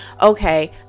okay